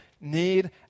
need